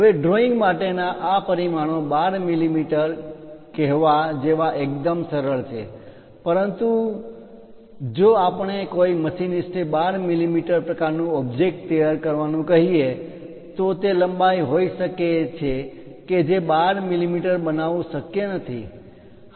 હવે ડ્રોઇંગ માટેના આ બધા પરિમાણો 12 મીમી કહેવા જેવા એકદમ સરસ છે પરંતુ જો આપણે કોઈ મશીનિસ્ટને 12 મીમી પ્રકારનું ઓબ્જેક્ટ તૈયાર કરવાનું કહીએ તો તે લંબાઈ હોઈ શકે છે જે 12 મીમી બનાવવાનું શક્ય નથી